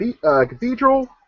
Cathedral